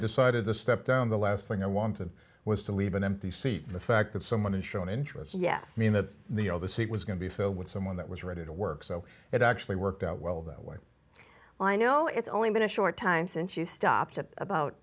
decided to step down the last thing i wanted was to leave an empty seat and the fact that someone has shown interest yes i mean that the you know the seat was going to be filled with someone that was ready to work so it actually worked out well that way well i know it's only been a short time since you stopped at about